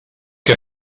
què